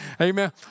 Amen